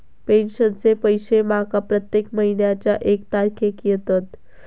पेंशनचे पैशे माका प्रत्येक महिन्याच्या एक तारखेक येतत